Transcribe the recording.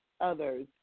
others